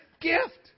gift